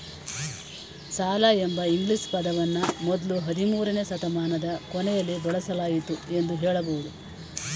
ಸಾಲ ಎಂಬ ಇಂಗ್ಲಿಷ್ ಪದವನ್ನ ಮೊದ್ಲು ಹದಿಮೂರುನೇ ಶತಮಾನದ ಕೊನೆಯಲ್ಲಿ ಬಳಸಲಾಯಿತು ಎಂದು ಹೇಳಬಹುದು